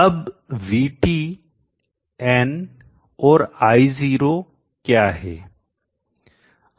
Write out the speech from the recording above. अब VT nऔर I0 क्या है